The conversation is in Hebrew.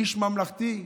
איש ממלכתי.